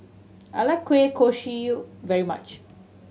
I like kueh kosui very much